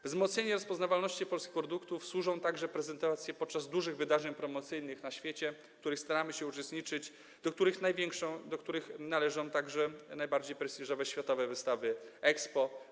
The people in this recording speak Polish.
Wzmocnieniu rozpoznawalności polskich produktów służą także prezentacje podczas dużych wydarzeń promocyjnych na świecie, w których staramy się uczestniczyć, do których należą także najbardziej prestiżowe światowe wystawy Expo.